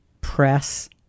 Press